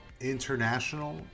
international